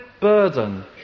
burden